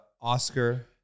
Oscar